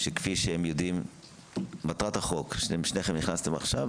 שתיכן נכנסתן עכשיו,